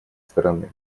стороны